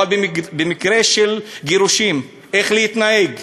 אבל במקרה של גירושין, איך להתנהג.